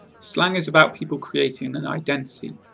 slang is about people creating an identity,